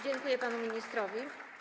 Dziękuję panu ministrowi.